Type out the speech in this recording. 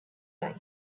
like